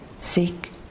seek